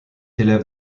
élève